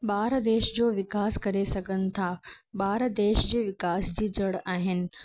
ॿार देश जो विकास करे सघनि था ॿार देश जो विकास जी जड़ आहिनि